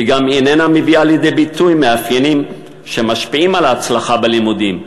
היא גם איננה מביאה לידי ביטוי מאפיינים שמשפיעים על ההצלחה בלימודים,